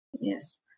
yes